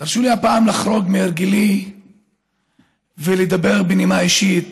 תרשו לי הפעם לחרוג מהרגלי ולדבר בנימה אישית